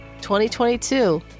2022